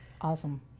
Awesome